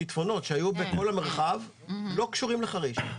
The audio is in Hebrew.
שיטפונות שהיו במרחב ולא קשורים לחריש.